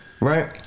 right